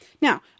Now